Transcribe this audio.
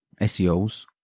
SEOs